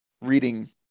reading